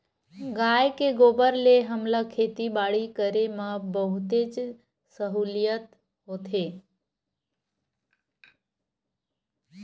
गाय के गोबर ले हमला खेती बाड़ी करे म बहुतेच सहूलियत होथे